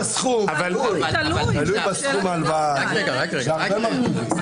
תלוי בסכום ההלוואה, ובהרבה מרכיבים.